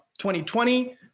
2020